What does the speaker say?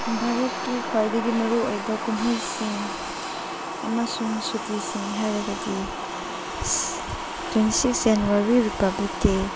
ꯚꯥꯔꯠꯀꯤ ꯈ꯭ꯋꯥꯏꯗꯒꯤ ꯃꯔꯨꯑꯣꯏꯕ ꯀꯨꯝꯍꯩꯁꯤꯡ ꯑꯃꯁꯨꯡ ꯁꯨꯇꯤꯁꯤꯡ ꯍꯥꯏꯔꯒꯗꯤ ꯇ꯭ꯋꯦꯟꯇꯤ ꯁꯤꯛꯁ ꯖꯅ꯭ꯋꯥꯔꯤ ꯔꯤꯄ꯭ꯂꯥꯕꯤꯛ ꯗꯦ